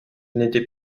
n’était